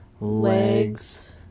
legs